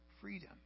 freedom